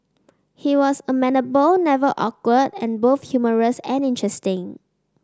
he was amenable never awkward and both humorous and interesting